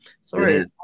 Sorry